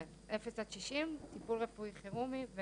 כן, 60-0 טיפול רפואי חירומי.